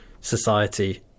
society